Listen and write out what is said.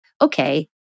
okay